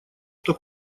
что